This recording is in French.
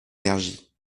l’énergie